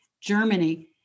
Germany